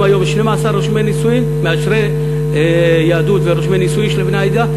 אם היום יש 12 מאשרי יהדות ורושמי נישואין של בני העדה,